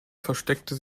versteckte